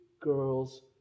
girls